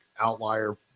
outlier